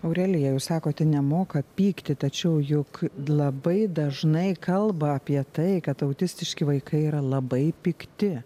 aurelija jūs sakote nemoka pykti tačiau juk labai dažnai kalba apie tai kad autistiški vaikai yra labai pikti